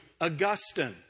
Augustine